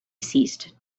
ceased